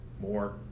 more